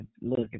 Look